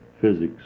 physics